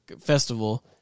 festival